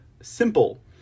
simple